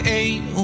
eight